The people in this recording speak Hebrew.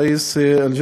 אדוני היושב-ראש.